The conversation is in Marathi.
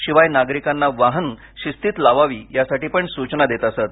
शिवाय नागरिकांना वाहन शिस्तीत लावावी यासाठी पण सूचना देत असत